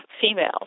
females